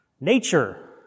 Nature